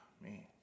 Man